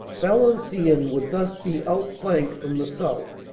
valenciennes would thus be outflanked from the south.